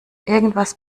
irgendwas